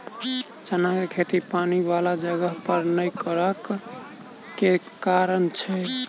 चना केँ खेती पानि वला जगह पर नै करऽ केँ के कारण छै?